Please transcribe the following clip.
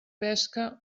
pesca